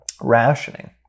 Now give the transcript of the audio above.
rationing